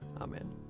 Amen